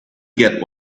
get